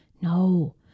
No